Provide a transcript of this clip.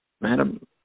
Madam